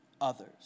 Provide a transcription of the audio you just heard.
others